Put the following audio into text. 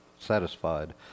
Satisfied